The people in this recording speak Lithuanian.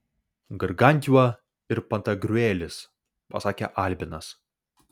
gargantiua ir pantagriuelis pasakė albinas